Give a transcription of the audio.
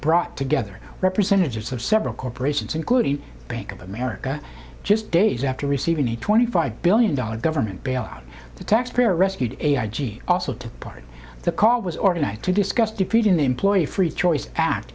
brought together representatives of several corporations including bank of america just days after receiving a twenty five billion dollars government bailout the taxpayer rescued a r g also to part the car was organized to discuss depleting the employee free choice act